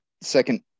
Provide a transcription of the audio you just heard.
second